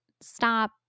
stop